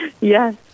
Yes